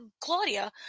Claudia